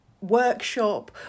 workshop